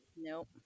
Nope